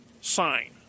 sign